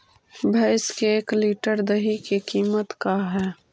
भैंस के एक लीटर दही के कीमत का है?